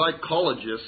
psychologists